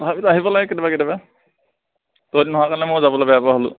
তথাপিতো আহিব লাগে কেতিয়াবা কেতিয়াবা তহঁতি নহা কাৰণে মই যাবলৈ বেয়া পোৱা হ'লো